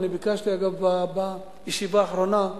אגב, בישיבה האחרונה ביקשתי,